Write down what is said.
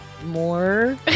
more